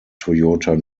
toyota